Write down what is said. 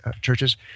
churches